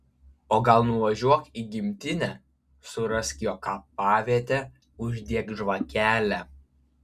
o gal nuvažiuok į gimtinę surask jo kapavietę uždek žvakelę